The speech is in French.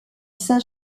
saint